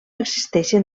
existeixen